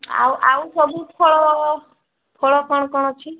ଆଉ ଆଉ ସବୁ ଫଳ ଫଳ କ'ଣ କ'ଣ ଅଛି